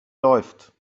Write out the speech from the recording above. läuft